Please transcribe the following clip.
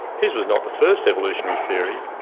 his was not the first evolutionary theory,